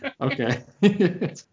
Okay